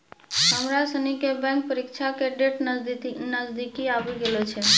हमरा सनी के बैंक परीक्षा के डेट नजदीक आवी गेलो छै